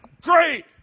Great